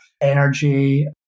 energy